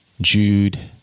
Jude